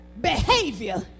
behavior